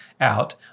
out